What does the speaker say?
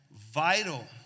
vital